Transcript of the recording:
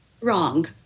wrong